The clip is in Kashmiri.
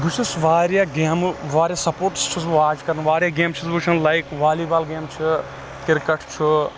بہٕ چھُس واریاہ گیمہٕ واریاہ سپوٹٔس چھُس بہٕ واچ کران واریاہ گیمہٕ چھُس بہٕ وٕچھان لایک والی بال گیم چھ کرکٹ چھُ